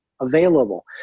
available